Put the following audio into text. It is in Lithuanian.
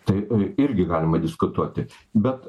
tai irgi galima diskutuoti bet